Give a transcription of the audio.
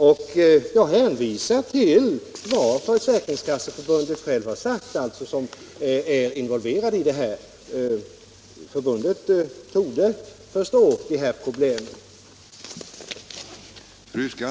F. ö. hänvisar jag till vad som sagts av Försäkringskasseförbundet, som ju är involverat i detta och som törde förstå de här problemen.